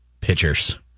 Pitchers